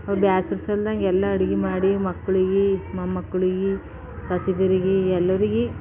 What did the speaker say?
ಅವ್ರು ಬ್ಯಾಸರಿಸೊಲ್ದಂಗೆ ಎಲ್ಲ ಅಡುಗೆ ಮಾಡಿ ಮಕ್ಕಳಿಗೆ ಮೊಮ್ಮಕ್ಕಳಿಗೆ ಸೊಸೆಯರಿಗೆ ಎಲ್ಲರಿಗೆ